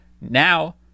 now